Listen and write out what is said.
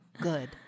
good